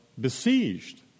besieged